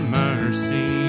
mercy